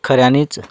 खऱ्यानीच